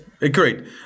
Agreed